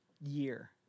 year